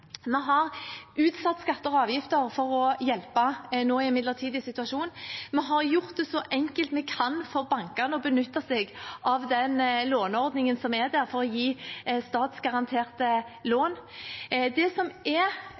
situasjon. Vi har gjort det så enkelt vi kan for bankene å benytte seg av den låneordningen som er der for å gi statsgaranterte lån. Det som er